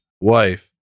wife